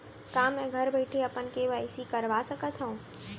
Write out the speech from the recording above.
का मैं घर बइठे अपन के.वाई.सी करवा सकत हव?